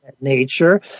Nature